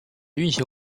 运行